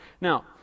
Now